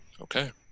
Okay